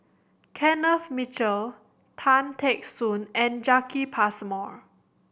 Kenneth Mitchell Tan Teck Soon and Jacki Passmore